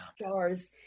stars